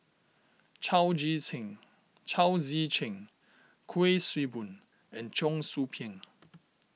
Chao Tzee Cheng Chao Tzee Cheng Kuik Swee Boon and Cheong Soo Pieng